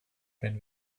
been